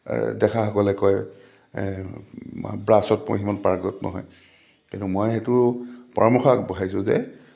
দেখাসকলে কয় ব্ৰাছত মই সিমান পাৰ্গত নহয় কিন্তু মই সেইটো পৰামৰ্শ আগবঢ়াইছোঁ যে